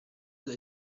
dai